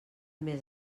més